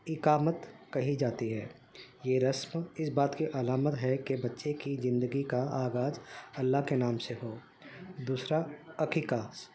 اقامت کہی جاتی ہے یہ رسم اس بات کی علامت ہے کہ بچے کی زندگی کا آغاز اللہ کے نام سے ہو دوسرا عقیقہ